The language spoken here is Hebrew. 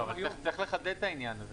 לא, אבל צריך לחדד את העניין הזה.